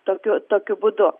tokiu tokiu būdu